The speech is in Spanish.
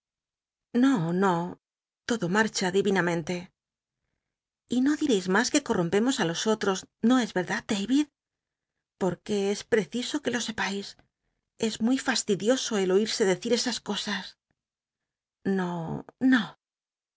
no no todo marcha y no dircis mas que coi'i'o mpemos los otros no es rcrdad darid po qne es preciso qn c lo sepais es muy fastid ioso el oírse decir e as cosas no no no